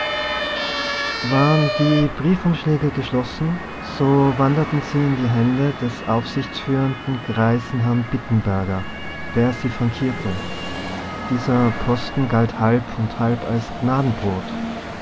waren die briefumschläge geschlossen so wanderten sie in die hände des aufsichtführenden greisen herrn bittenberger der sie frankierte dieser posten galt halb und halb als